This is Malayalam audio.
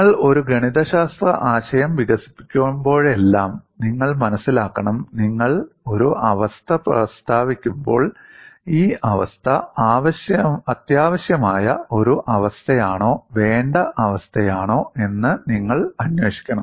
നിങ്ങൾ ഒരു ഗണിതശാസ്ത്ര ആശയം വികസിപ്പിക്കുമ്പോഴെല്ലാം നിങ്ങൾ മനസ്സിലാക്കണം നിങ്ങൾ ഒരു അവസ്ഥ പ്രസ്താവിക്കുമ്പോൾ ഈ അവസ്ഥ അത്യാവശ്യമായ ഒരു അവസ്ഥയാണോ വേണ്ട അവസ്ഥയാണോ എന്ന് നിങ്ങൾ അന്വേഷിക്കണം